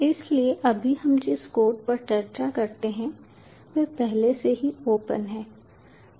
इसलिए अभी हम जिस कोड पर चर्चा करते हैं वह पहले से ही ओपन है